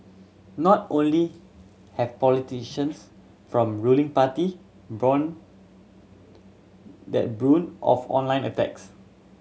not only have politicians from ruling party borne the brunt of online attacks